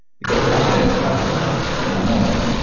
because happiness happens in the moment.